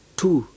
two